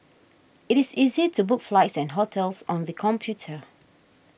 it is easy to book flights and hotels on the computer